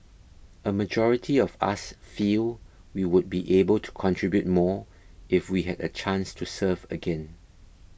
a majority of us feel we would be able to contribute more if we had a chance to serve again